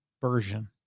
version